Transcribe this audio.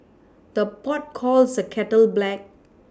the pot calls the kettle black